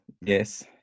Yes